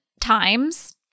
times